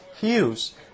Hughes